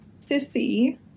Sissy